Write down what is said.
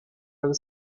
all